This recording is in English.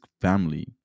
family